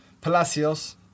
Palacios